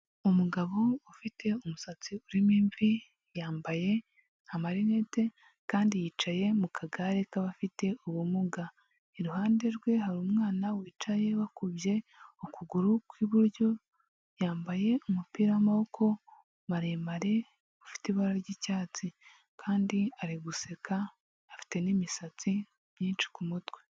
Umugabo ufite umusatsi urimo imvi yambaye amarinete kandi yicaye mu kagare k'abafite ubumuga, iruhande rwe hari umwana wicaye wakubye ukuguru kw'iburyo, yambaye umupira w'amaboko maremare ufite ibara ry'icyatsi; kandi ari guseka afite n'imisatsi myinshi ku mutwe.